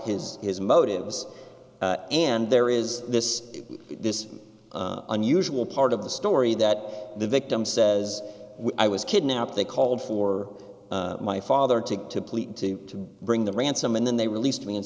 his his motives and there is this this unusual part of the story that the victim says i was kidnapped they called for my father to plead to bring the ransom and then they released me and